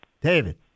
David